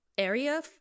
area